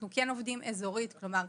אנחנו כן עובדים אזורית, כלומר: